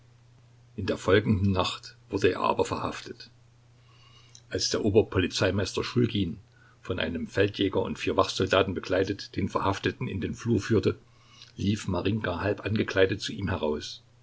in der folgenden nacht wurde er aber verhaftet als der ober polizeimeister schulgin von einem feldjäger und vier wachsoldaten begleitet den verhafteten in den flur führte lief marinjka halb angekleidet zu ihm heraus